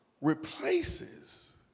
replaces